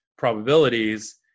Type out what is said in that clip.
probabilities